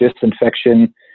disinfection